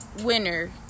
winner